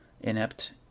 inept